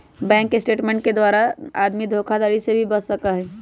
bank statement के द्वारा आदमी धोखाधडी से भी बच सका हई